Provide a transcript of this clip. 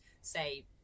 say